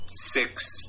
six